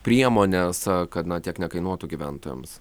priemonės kad na tiek nekainuotų gyventojams